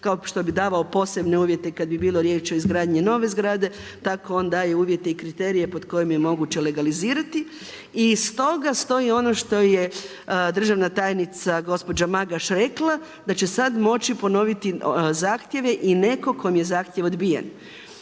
kao što bi davao posebne uvjete kada bi bilo riječi o izgradnji nove zgrade, tako on daje uvjete i kriterije pod kojima je moguće legalizirati. I stoga stoji ono što je državna tajnica gospođa Magaš rekla da će sada moći ponoviti zahtjeve i nekog kome je zahtjev odbijen.